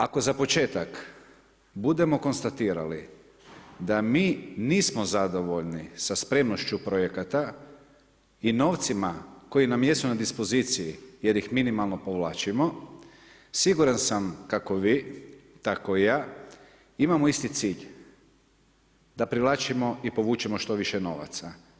Ako za početak budemo konstatirali da mi nismo zadovoljni sa spremnošću projekata i novcima koji nam jesu na dispoziciji jer ih minimalno povlačimo, siguran sam kako vi tako i ja imamo isti cilj, da privlačimo i povučemo što više novaca.